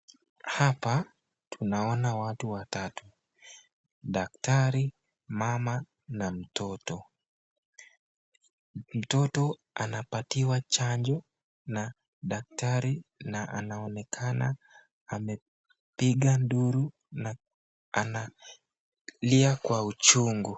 Hapa tunaona watu watatu daktari, mama na mtoto. Mtoto anapatiwa chanjo na daktari na anaonekana amepiga nduru na analia kwa uchungu.